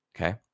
Okay